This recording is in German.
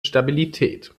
stabilität